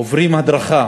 עוברות הדרכה